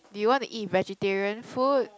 did you want to eat vegetarian food